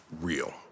real